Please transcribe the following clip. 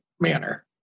manner